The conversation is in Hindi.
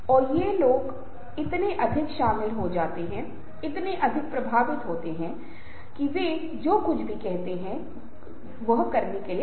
इसलिए अगर वहाँ एक सामंजस्य है तो आपस में एक अच्छी समझ है निश्चित रूप से वे कुछ बहुत अच्छे निर्णय के लिए आएंगे